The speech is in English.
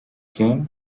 came